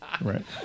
right